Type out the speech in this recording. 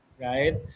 right